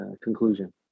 conclusion